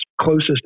closest